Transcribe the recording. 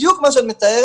בדיוק מה שאת מתארת,